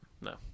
No